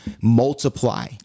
multiply